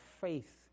faith